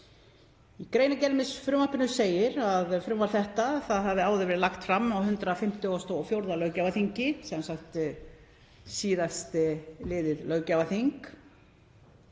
Í greinargerð með frumvarpinu segir að frumvarp þetta hafi áður verið lagt fram á 154. löggjafarþingi, sem sagt síðastliðnu löggjafarþingi,